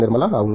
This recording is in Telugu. నిర్మల అవును